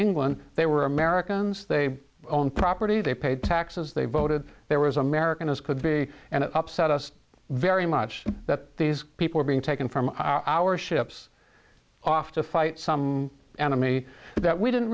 england they were americans they own property they paid taxes they voted there was american as could be and it upset us very much that these people are being taken from our ships off to fight some enemy that we didn't